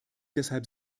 deshalb